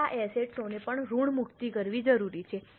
હવે આ એસેટ ઓને પણ ઋણમુક્તિ કરવી જરૂરી છે